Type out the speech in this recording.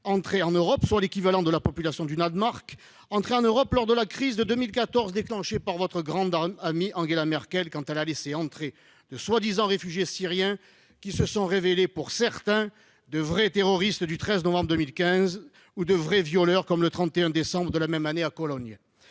de clandestins- soit l'équivalent de la population du Danemark -entrés en Europe lors de la crise de 2014, déclenchée par votre grande amie Angela Merkel lorsqu'elle a laissé entrer de soi-disant réfugiés syriens, qui se sont révélés, pour certains, de vrais terroristes, le 13 novembre 2015, ou de vrais violeurs, le 31 décembre suivant, à Cologne.